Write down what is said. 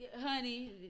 honey